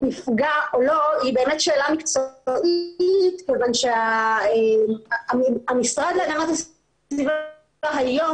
מפגע או לא היא באמת שאלה מקצועית כי המשרד להגנת הסביבה היום